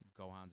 Gohan's